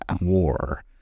war